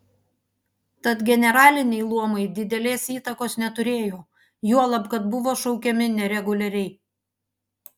tad generaliniai luomai didelės įtakos neturėjo juolab kad buvo šaukiami nereguliariai